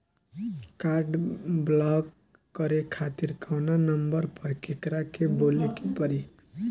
Card block करे खातिर कवना नंबर पर केकरा के बोले के परी?